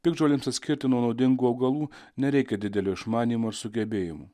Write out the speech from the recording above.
piktžolėms atskirti nuo naudingų augalų nereikia didelio išmanymo sugebėjimų